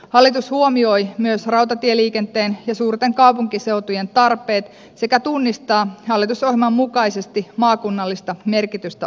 hallitus huomioi myös rautatieliikenteen ja suurten kaupunkiseutujen tarpeet sekä tunnistaa hallitusohjelman mukaisesti maakunnallista merkitystä omaavat hankkeet